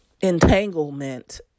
entanglement